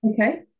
Okay